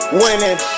winning